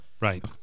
Right